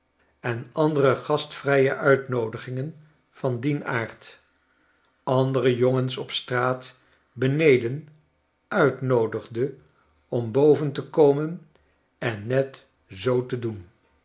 en andere gastvrijeuitnoodigihgen van dien aard andere jongens op straat beneden uitnoodigde om boven te komen en net zoo te doen